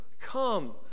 Come